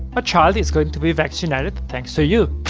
a child is going to be vaccinated thanks to you.